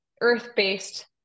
earth-based